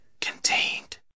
contained